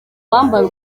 wambara